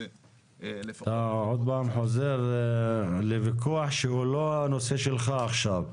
--- אתה עוד פעם חוזר לוויכוח שהוא לא הנושא שלך עכשיו.